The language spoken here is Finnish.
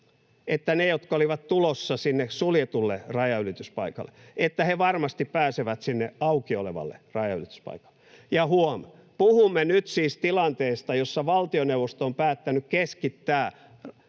että ne, jotka olivat tulossa sinne suljetulle rajanylityspaikalle, varmasti pääsevät sinne auki olevalle rajanylityspaikalle. Ja huom., puhumme nyt siis tilanteesta, jossa valtioneuvosto on päättänyt keskittää turvapaikanhaun.